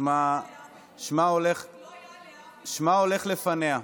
שמה הולך לפניה.